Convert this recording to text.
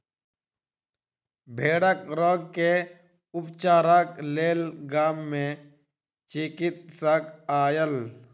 भेड़क रोग के उपचारक लेल गाम मे चिकित्सक आयल